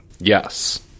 yes